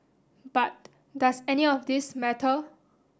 but does any of this matter